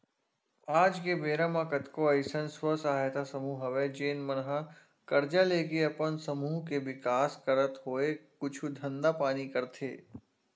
आज के बेरा म कतको अइसन स्व सहायता समूह हवय जेन मन ह करजा लेके अपन समूह के बिकास करत होय कुछु धंधा पानी करथे